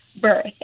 birth